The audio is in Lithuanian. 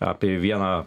apie vieną